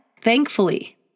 thankfully